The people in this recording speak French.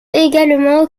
également